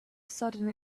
sudden